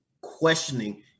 questioning